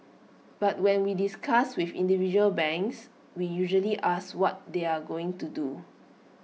but when we discuss with individual banks we usually ask what they are going to do